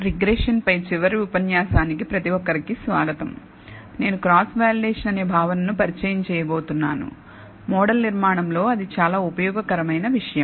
regression పై ఈ చివరి ఉపన్యాసానికి ప్రతి ఒక్కరికీ స్వాగతం నేను క్రాస్ వాలిడేషన్ అనే భావనను పరిచయం చేయబోతున్నాను మోడల్ నిర్మాణంలో అది చాలా ఉపయోగకరమైన విషయం